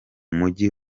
mujyi